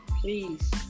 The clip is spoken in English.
Please